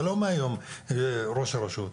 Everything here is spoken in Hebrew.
אתה לא מהיום ראש הרשות.